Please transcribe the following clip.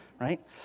right